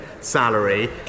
salary